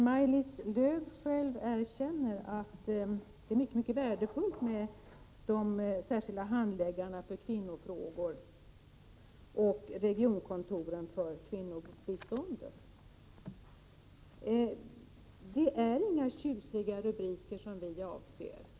Maj-Lis Lööw erkänner att det är mycket värdefullt med särskilda handläggare för kvinnofrågor och med regionkontor för kvinnobiståndet. Det är inte, som Maj-Lis Lööw antydde, tjusiga rubriker som vi avser.